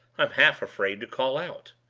i'm half afraid to call out.